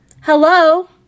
hello